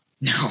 No